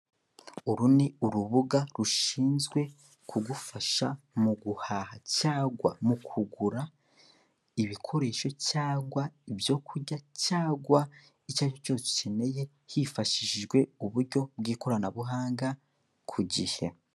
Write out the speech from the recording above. Uru ni urubuga rushinzwe kugufasha mu guhaha cyangwa mu kugura ibikoresho cyangwa ibyo kurya cyangwa icyo ari cyo cyose ukeneye hifashishijwe uburyo bw'ikoranabuhanga ku gihe.